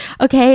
Okay